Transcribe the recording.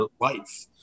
life